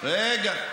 רגע,